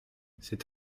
c’est